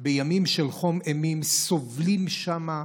בימים של חום אימים וסובלים שם.